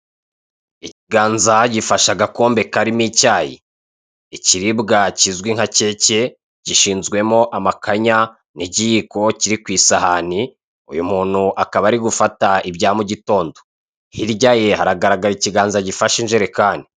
Ikiganza gifashe agakombe karimo icyayi, ikiribwa kizwi nka keke gishinzwemo amakanya n'ikiyiko kiri kwisahani. Uyu muntu akaba ari gufata ibya mu gitondo hirya ye haragaragara ikiganza gifashe injerekeni.